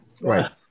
Right